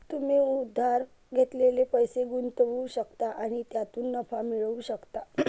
तुम्ही उधार घेतलेले पैसे गुंतवू शकता आणि त्यातून नफा मिळवू शकता